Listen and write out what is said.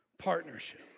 Partnership